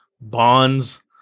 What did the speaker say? bonds